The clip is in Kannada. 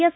ಎಸ್